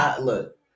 look